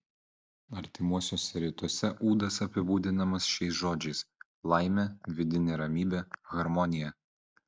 artimuosiuose rytuose ūdas apibūdinamas šiais žodžiais laimė vidinė ramybė harmonija